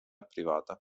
privata